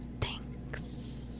Thanks